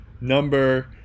number